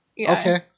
Okay